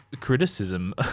criticism